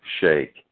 shake